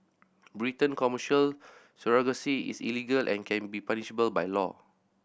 Britain Commercial surrogacy is illegal and can be punishable by law